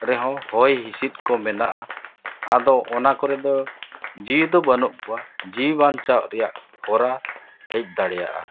ᱨᱮᱦᱚᱸ ᱦᱚᱭ ᱦᱤᱸᱥᱤᱫ ᱠᱚ ᱢᱮᱱᱟᱜᱼᱟ ᱟᱫᱚ ᱚᱱᱟ ᱠᱚᱨᱮ ᱫᱚ ᱡᱤᱣᱤ ᱫᱚ ᱵᱟᱹᱱᱩᱜ ᱠᱚᱣᱟ ᱡᱤᱣᱤ ᱵᱟᱧᱪᱟᱜ ᱨᱮᱭᱟᱜ ᱦᱚᱨᱟ ᱦᱮᱡ ᱫᱟᱲᱮᱭᱟᱜᱼᱟ